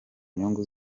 nyungu